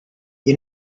you